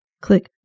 Click